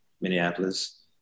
Minneapolis